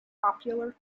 popular